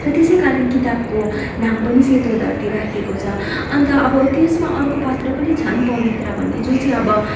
र त्यसै कारण किताबको नाम पनि सेतो घरती राखिएको छ अन्त अब त्यसमा अर्को पात्र पनि छन् पवित्र भन्ने जो चाहिँ अब